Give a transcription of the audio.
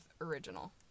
original